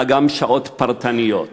אלא גם שעות פרטניות.